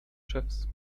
chefs